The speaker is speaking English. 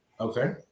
Okay